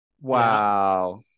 Wow